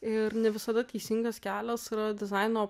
ir ne visada teisingas kelias yra dizaino